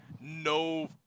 no